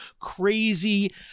crazy